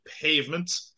pavement